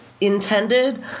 intended